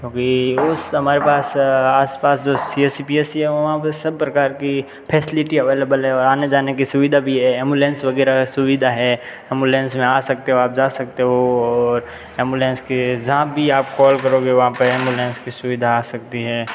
क्योंकि उस हमारे पास आसपास जो C S C P S C है वहाँ पे सब प्रकार की फ़ेसिलिटी अवेलेबल है और आने जाने की सुविधा भी है एमुलेन्स वगैरह सुविधा है एमुलेन्स में आ सकते हो आप जा सकते हो और एमुलेन्स की जहाँ भी आप कॉल करोगे वहाँ पे एमुलेन्स की सुविधा आ सकती है